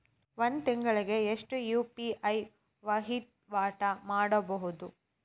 ಒಂದ್ ತಿಂಗಳಿಗೆ ಎಷ್ಟ ಯು.ಪಿ.ಐ ವಹಿವಾಟ ಮಾಡಬೋದು?